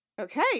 Okay